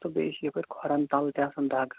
تہٕ بیٚیہِ چھِ یَپٲرۍ کھۄرَن تَلہٕ تہِ آسان دَگ